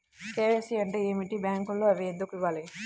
KYC అంటే ఏమిటి? బ్యాంకులో అవి ఎందుకు ఇవ్వాలి?